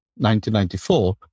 1994